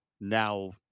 now